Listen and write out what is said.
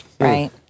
Right